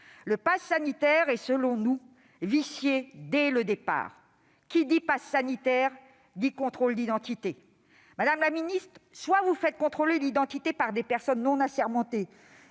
Le passe sanitaire est, selon nous, vicié dès le départ. Qui dit passe sanitaire dit contrôle d'identité ... Madame la ministre, soit vous faites contrôler l'identité des gens par des personnes non assermentées